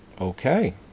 Okay